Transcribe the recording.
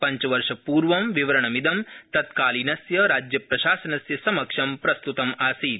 पञ्चवर्षपूर्व विवरणमिदं तत्कालीनस्य राज्यप्रशासनस्य समक्षं प्रस्तुतमासीत्